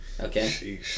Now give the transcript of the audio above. okay